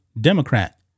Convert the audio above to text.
Democrat